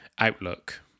outlook